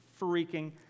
freaking